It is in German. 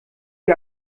wie